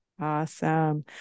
Awesome